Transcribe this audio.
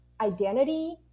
identity